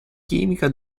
chimica